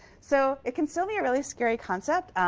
so it can still be really scary concept,